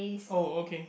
oh okay